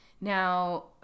Now